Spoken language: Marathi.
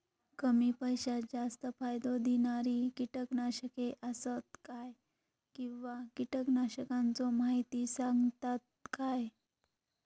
कमी पैशात जास्त फायदो दिणारी किटकनाशके आसत काय किंवा कीटकनाशकाचो माहिती सांगतात काय?